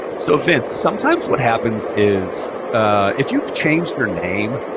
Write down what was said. so vince, sometimes what happens is if you've changed your name,